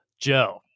Joe